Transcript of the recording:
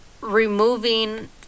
removing